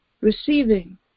receiving